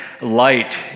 light